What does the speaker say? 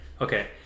okay